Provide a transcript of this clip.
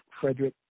Frederick